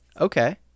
Okay